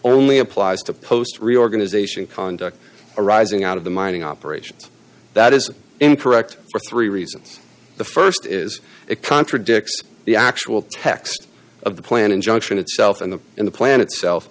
only applies to post reorganization conduct arising out of the mining operations that is incorrect for three reasons the st is it contradicts the actual text of the plan injunction itself in the in the plan itself